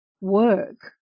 work